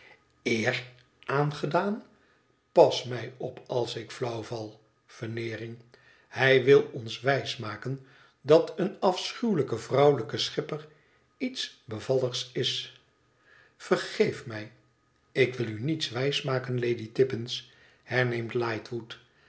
eer aangedaan pas mij op als ik flauw val veneering hij wü ons wijsmaken dat een afschuwelijke vrouwelijke schipper iets bevalligs is vergeef mij ik wil u niets wijsmaken lady tippins herneemt lightwood